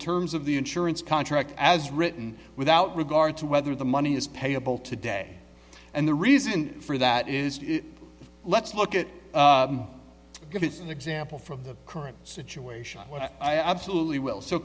terms of the insurance contract as written without regard to whether the money is payable today and the reason for that is let's look at give it an example for the current situation what i absolutely will so